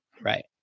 right